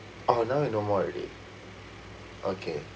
orh now it no more already okay